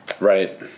Right